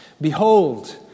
Behold